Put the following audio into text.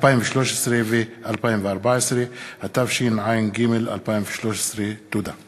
2013 ו-2014), התשע"ג 2013. תודה.